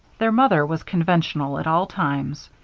their mother was conventional at all times.